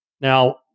Now